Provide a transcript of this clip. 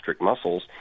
muscles